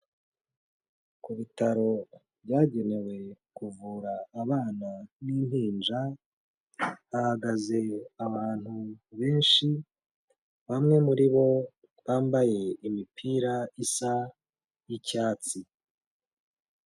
Ku bitaro byagenewe kuvura abana n'impinja, hahagaze abantu benshi, bamwe muri bo bambaye imipira isa y'icyatsi.